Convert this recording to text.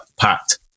packed